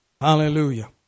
Hallelujah